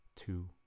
two